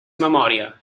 memòria